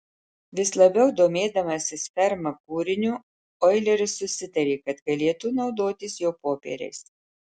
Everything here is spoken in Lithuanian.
vis labiau domėdamasis ferma kūriniu oileris susitarė kad galėtų naudotis jo popieriais